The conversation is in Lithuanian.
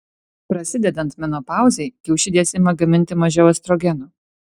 prasidedant menopauzei kiaušidės ima gaminti mažiau estrogeno